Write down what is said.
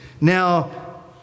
Now